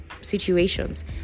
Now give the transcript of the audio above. situations